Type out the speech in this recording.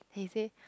and he say